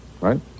right